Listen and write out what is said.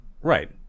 right